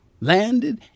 landed